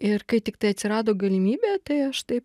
ir kai tiktai atsirado galimybė tai aš taip